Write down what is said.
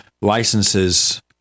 licenses